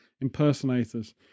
impersonators